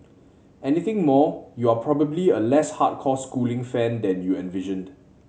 anything more you are probably a less hardcore schooling fan than you envisioned